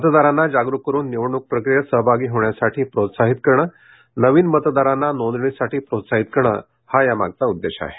मतदारांना जागरूक करून निवडणूक प्रक्रियेत सहभागी होण्यासाठी प्रोत्साहित करणे नवीन मतदारांना नोंदणीसाठी प्रोत्साहित करणे हा यामागचा उद्देश आहे